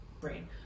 brain